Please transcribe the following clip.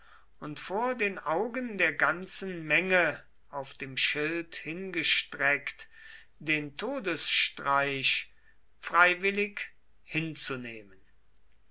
und vor den augen der ganzen menge auf dem schilde hingestreckt den todesstreich freiwillig hinzunehmen